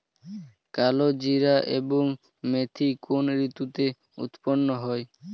কালোজিরা এবং মেথি কোন ঋতুতে উৎপন্ন হয়?